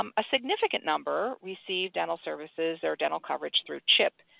um a significant number received dental services or dental coverage through chip,